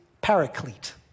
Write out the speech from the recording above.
Paraclete